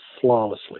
flawlessly